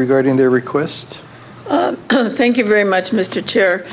regarding their request thank you very much mr chair